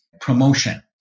promotion